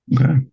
Okay